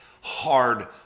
hard